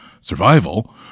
survival